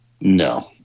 No